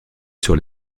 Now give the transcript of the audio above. sur